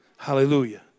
Hallelujah